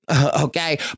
Okay